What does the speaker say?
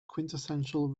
quintessential